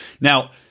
now